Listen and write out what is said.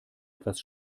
etwas